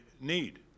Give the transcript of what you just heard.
need